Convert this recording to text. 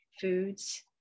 foods